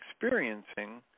experiencing